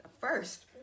first